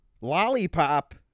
lollipop